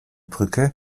brücke